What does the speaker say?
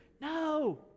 No